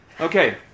Okay